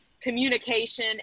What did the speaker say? communication